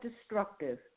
destructive